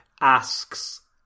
asks